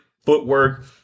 footwork